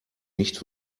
nicht